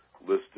listed